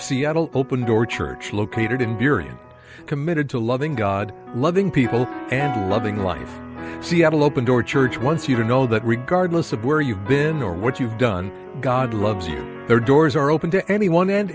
seattle open door church located in during committed to loving god loving people and loving life she had an open door church once you did know that regardless of where you've been or what you've done god loves you there doors are open to anyone and